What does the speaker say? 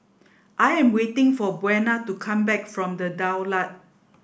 I am waiting for Buena to come back from The Daulat